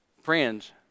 Friends